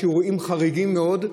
קורה שיש אירועים חריגים מאוד.